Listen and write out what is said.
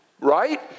right